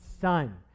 Son